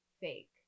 fake